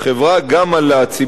גם על הציבור הערבי.